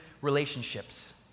relationships